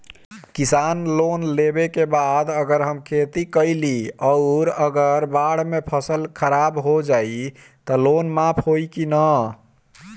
किसान लोन लेबे के बाद अगर हम खेती कैलि अउर अगर बाढ़ मे फसल खराब हो जाई त लोन माफ होई कि न?